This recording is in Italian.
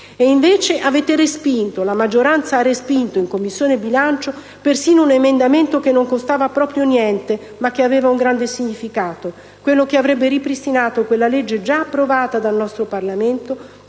donne stesse. Invece, la maggioranza ha respinto in Commissione bilancio persino un emendamento che non costava proprio niente, ma che aveva un grande significato: quello che avrebbe ripristinato una legge, già approvata dal nostro Parlamento,